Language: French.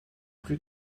plus